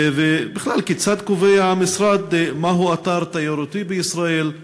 ובכלל, כיצד קובע המשרד מהו אתר תיירותי בישראל?